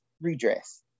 redress